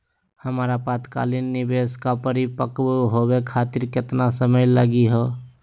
हमर अल्पकालिक निवेस क परिपक्व होवे खातिर केतना समय लगही हो?